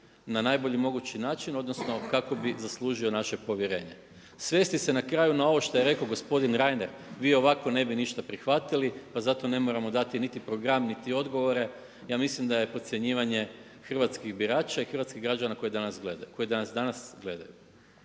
na najbolji mogući način odnosno kako bi zaslužio naše povjerenje. Svesti se na kraju na ovo što je rekao gospodin Reiner, vi ovako ne bi ništa prihvatili pa zato ne moramo dati niti program niti odgovore. Ja smislim da je podcjenjivanje hrvatskih birača i hrvatskih građana koji nas danas gledaju.